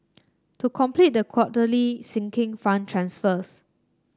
to complete the quarterly Sinking Fund transfers